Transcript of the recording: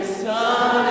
sun